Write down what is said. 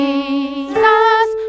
Jesus